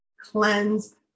cleanse